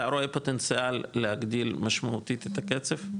אתה רואה פוטנציאל להגדיל משמעותית את הקצב?